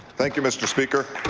thank you, mr. speaker.